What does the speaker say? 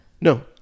No